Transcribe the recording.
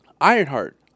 Ironheart